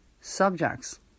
subjects